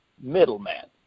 Middleman